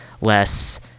less